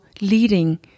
leading